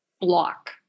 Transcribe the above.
block